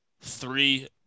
three